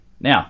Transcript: Now